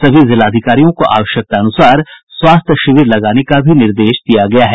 सभी जिलाधिकारियों को आवश्यकतानुसार स्वास्थ्य शिविर लगाने का भी निर्देश दिया गया है